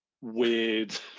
weird